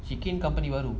shikin company baru